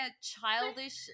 childish